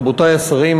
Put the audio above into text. רבותי השרים,